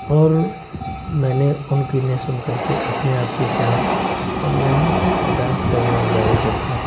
और मैंने उनकी नही सुन कर के अपने आप की सुना और मैंने डांस करना जारी रखा